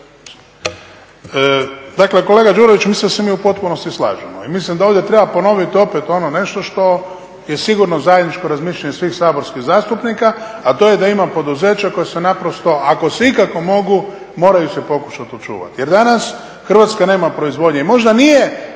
Dakle, kolega Đurović mislim da se mi u potpunosti slažemo i mislim da ovdje treba ponoviti opet ono nešto što je sigurno zajedničko razmišljanje svih saborskih zastupnika, a to je da ima poduzeća koja se naprosto, ako se ikako mogu moraju se pokušati očuvati. Jer danas Hrvatska nema proizvodnje i možda nije